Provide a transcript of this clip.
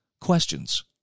questions